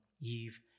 Eve